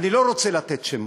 אני לא רוצה לתת שמות.